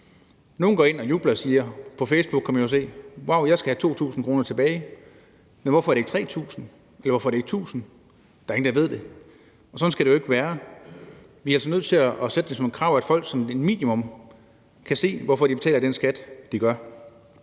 nogle går ind og jubler og siger: Wauw, jeg skal have 2.000 kr. tilbage. Men hvorfor er det ikke 3.000 kr.? Eller hvorfor er det ikke 1.000 kr.? Der er ingen, der ved det, og sådan skal det jo ikke være. Vi er altså nødt til at sætte som et krav, at folk som minimum kan se, hvorfor de betaler den skat, de gør.